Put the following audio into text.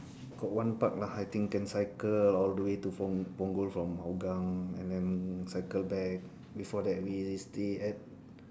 got one park lah I think can cycle all the way to pung~ punggol from hougang and then cycle back before that way we stay at